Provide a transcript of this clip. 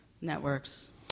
networks